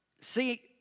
See